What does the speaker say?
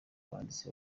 banditsi